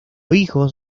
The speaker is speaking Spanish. hijos